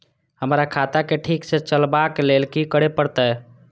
हमरा खाता क ठीक स चलबाक लेल की करे परतै